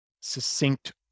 succinct